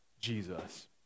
Jesus